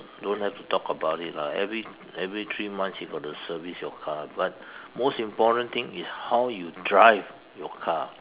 don't have to talk about it lah every every three months you got to service your car but most important thing is how you drive your car